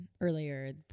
earlier